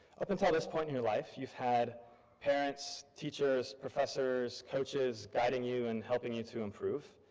up until this point in your life you've had parents, teachers, professors, coaches guiding you and helping you to improve.